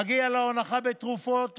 מגיעה לו הנחה בתרופות,